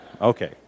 okay